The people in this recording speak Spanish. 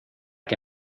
que